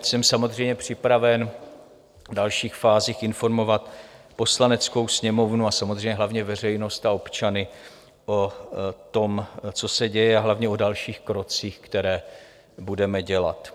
Jsem samozřejmě připraven v dalších fázích informovat Poslaneckou sněmovnu, ale samozřejmě hlavně veřejnost a občany o tom, co se děje, a hlavně o dalších krocích, které budeme dělat.